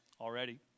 already